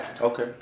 Okay